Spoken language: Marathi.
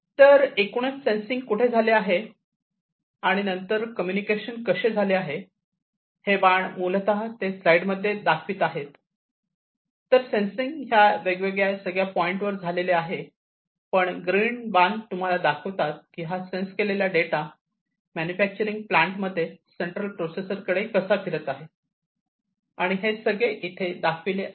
तर एकूणच सेन्सिंग कुठे झालेले आहे आणि नंतर कम्युनिकेशन कसे झाले आहे हे बाण मूलतः ते स्लाईडमध्ये दाखवीत आहेत तर सेन्सिंग ह्या वेगवेगळ्या सगळ्या पॉईंटवर झालेले आहे पण ग्रीन बाण तुम्हाला दाखवितात की हा सेन्स केलेला डेटा या मॅन्युफॅक्चरिंग प्लांटमध्ये सेंट्रल प्रोसेसर कडे कसा फिरत आहे आणि हेच सगळे येथे दाखविलेले आहे